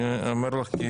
אני אומר לך אם